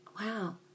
wow